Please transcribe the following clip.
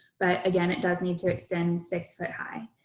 but again, it does need to extend six foot high.